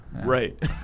Right